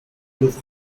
louvre